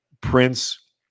Prince